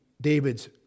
David's